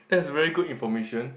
that is very good information